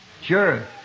Sure